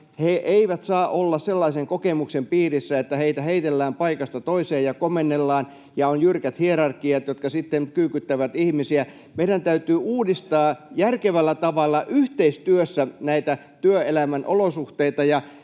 He eivät saa olla sellaisen kokemuksen piirissä, että heitä heitellään paikasta toiseen ja komennellaan ja on jyrkät hierarkiat, jotka sitten kyykyttävät ihmisiä. Meidän täytyy uudistaa järkevällä tavalla yhteistyössä näitä työelämän olosuhteita,